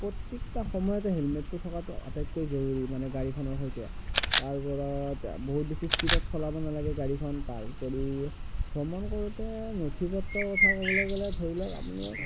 প্ৰত্যেকটো সময়তে হেলমেটটো থকাতো আটাইতকৈ জৰুৰী মানে গাড়ীখনৰ সৈতে তাৰ ওপৰত বহুত বেছি স্পিডত চলাব নালাগে গাড়ীখন তাৰ উপৰি ভ্ৰমণ কৰোঁতে নথি পত্ৰৰ কথা ক'বলৈ গ'লে ধৰি লওক আপুনি